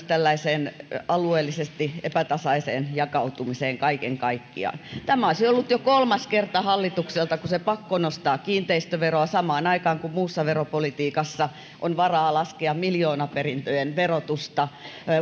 tällaiseen alueellisesti epätasaiseen jakautumiseen kaiken kaikkiaan tämä olisi ollut jo kolmas kerta hallitukselta kun se pakkonostaa kiinteistöveroa kun muussa veropolitiikassa on varaa laskea miljoonaperintöjen verotusta ja